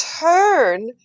turn